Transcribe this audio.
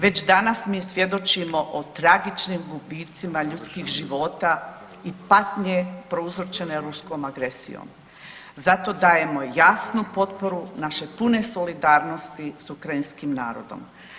Već danas mi svjedočimo o tragičnim gubicima ljudskih života i patnje prouzročene ruskom agresijom, zato dajemo jasnu potporu naše pune solidarnosti s ukrajinskim narodom.